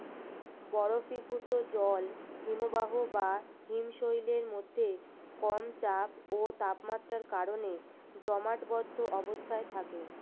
বরফীভূত জল হিমবাহ বা হিমশৈলের মধ্যে কম চাপ ও তাপমাত্রার কারণে জমাটবদ্ধ অবস্থায় থাকে